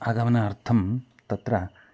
आगमनार्थं तत्र